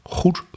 goed